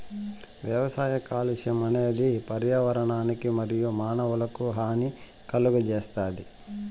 వ్యవసాయ కాలుష్యం అనేది పర్యావరణానికి మరియు మానవులకు హాని కలుగజేస్తాది